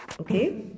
okay